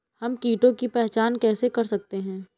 हम कीटों की पहचान कैसे कर सकते हैं?